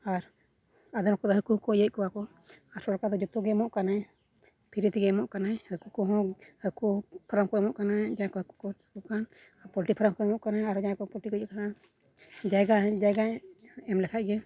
ᱟᱨ ᱟᱫᱷᱮᱱ ᱠᱚᱫᱚ ᱦᱟᱹᱠᱩ ᱦᱚᱸᱠᱚ ᱤᱭᱟᱹᱭᱮᱫ ᱠᱚᱣᱟ ᱠᱚ ᱟᱨ ᱥᱚᱨᱠᱟᱨ ᱫᱚ ᱡᱚᱛᱚ ᱜᱮ ᱮᱢᱚᱜ ᱠᱟᱱᱟᱭ ᱯᱷᱨᱤ ᱛᱮᱜᱮ ᱮᱢᱚᱜ ᱠᱟᱱᱟᱭ ᱦᱟᱹᱠᱩ ᱠᱚᱦᱚᱸ ᱦᱟᱹᱠᱩ ᱯᱷᱨᱟᱢ ᱠᱚᱦᱚᱸ ᱮᱢᱚᱜ ᱠᱟᱱᱟᱭ ᱡᱟᱦᱟᱸᱭ ᱠᱚ ᱦᱟᱹᱠᱩ ᱠᱚ ᱪᱟᱥ ᱠᱚ ᱠᱷᱟᱱ ᱟᱨ ᱯᱚᱞᱴᱤ ᱯᱷᱨᱟᱢ ᱦᱚᱸᱠᱚ ᱮᱢᱚᱜ ᱠᱟᱱᱟ ᱟᱨᱚ ᱡᱟᱦᱟᱸᱭ ᱠᱚ ᱯᱚᱞᱴᱤ ᱠᱚ ᱤᱭᱟᱹᱭᱮᱫ ᱠᱷᱟᱱ ᱡᱟᱭᱜᱟ ᱦᱮᱸ ᱡᱟᱭᱜᱟᱭ ᱮᱢ ᱞᱮᱠᱷᱟᱱ ᱜᱮ